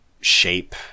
shape